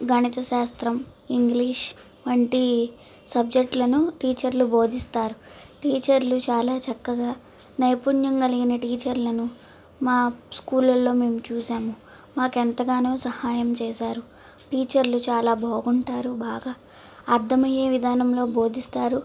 గణిత శాస్త్రం ఇంగ్లీష్ వంటి సబ్జెక్టులను టీచర్లు బోధిస్తారు టీచర్లు చాలా చక్కగా నైపుణ్యం కలిగిన టీచర్లను మా స్కూల్లో మేము చూశాము మాకెంతగానో సహాయం చేశారు టీచర్లు చాలా బాగుంటారు బాగా అర్థమయ్యే విధానంలో బోధిస్తారు